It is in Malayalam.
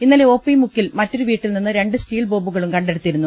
ഇന്നലെ ഒപി മുക്കിൽ മറ്റൊരു വീട്ടിൽ നിന്ന് രണ്ട് സ്റ്റീൽ ബോബുകളും കണ്ടെടുത്തിരുന്നു